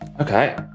Okay